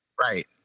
Right